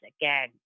again